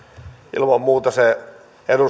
ilman muuta